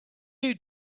you